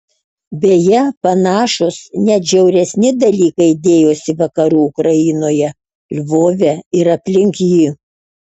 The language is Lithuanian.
beje panašūs net žiauresni dalykai dėjosi vakarų ukrainoje lvove ir aplink jį